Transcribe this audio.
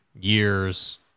years